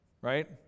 right